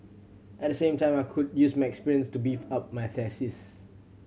at the same time I could use my experience to beef up my thesis